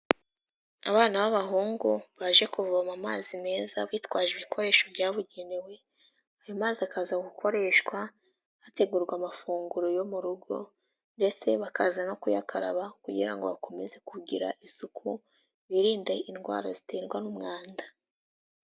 Abana b'abahungu baje kuvoma amazi meza, bitwaje ibikoresho byabugenewe, ayo mazi akaza gukoreshwa, hategurwa amafunguro yo mu rugo, ndetse bakaza no kuyakaraba, kugira ngo bakomeze kugira isuku birinde indwara ziterwa n'umwanda.